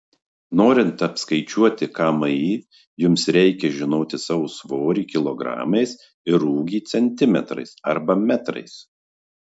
norint apskaičiuoti kmi jums reikia žinoti savo svorį kilogramais ir ūgį centimetrais arba metrais